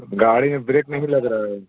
गाड़ी में ब्रेक नहीं लग रहा है